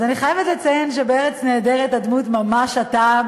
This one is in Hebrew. ואני חייבת לציין שב"ארץ נהדרת" הדמות היא ממש אתה,